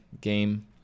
game